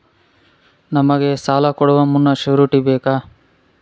ನಮಗೆ ಸಾಲ ಕೊಡುವ ಮುನ್ನ ಶ್ಯೂರುಟಿ ಬೇಕಾ?